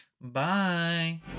Bye